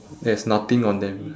there's nothing on them